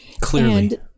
Clearly